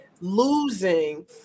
losing